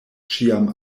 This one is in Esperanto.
ĉiam